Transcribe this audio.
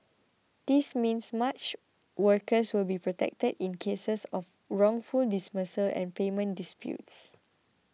this means much workers will be protected in cases of wrongful dismissals and payment disputes